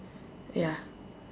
ya